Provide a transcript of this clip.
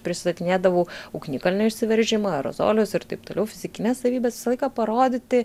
pristatinėdavau ugnikalnio išsiveržimą aerozolius ir taip toliau fizikines savybes visą laiką parodyti